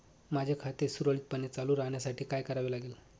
माझे खाते सुरळीतपणे चालू राहण्यासाठी काय करावे लागेल?